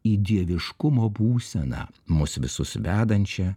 į dieviškumo būseną mus visus vedančią